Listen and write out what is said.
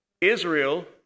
Israel